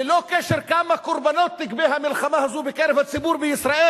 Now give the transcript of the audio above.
ללא קשר כמה קורבנות תגבה המלחמה הזאת בקרב הציבור בישראל.